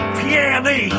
piano